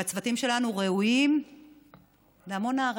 והצוותים שלנו ראויים להמון הערכה,